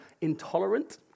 intolerant